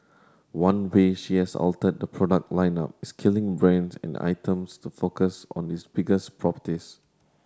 one way she has altered the product lineup is killing brands and items to focus on its biggest properties